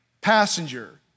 passenger